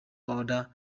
other